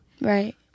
Right